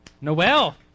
noel